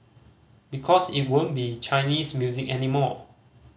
because it won't be Chinese music anymore